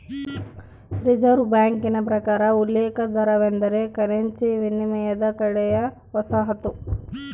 reserve ಬ್ಯಾಂಕಿನ ಪ್ರಕಾರ ಉಲ್ಲೇಖ ದರವೆಂದರೆ ಕರೆನ್ಸಿ ವಿನಿಮಯದ ಕಡೆಯ ವಸಾಹತು